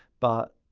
but,